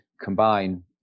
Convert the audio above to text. combine